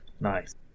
Nice